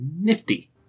nifty